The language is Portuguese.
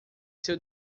seu